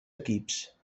equips